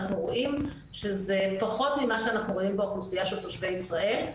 אנחנו רואים שזה פחות ממה שרואים באוכלוסיה של תושבי ישראל.